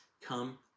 come